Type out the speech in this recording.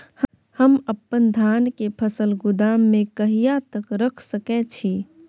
हम अपन धान के फसल गोदाम में कहिया तक रख सकैय छी?